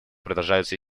продолжаются